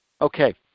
Okay